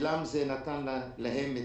להם זה נתן את